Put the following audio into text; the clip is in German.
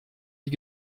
die